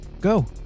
Go